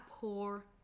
pour